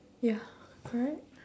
ya correct